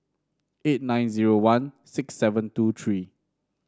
eight nine zero one six seven two three